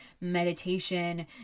meditation